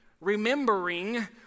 remembering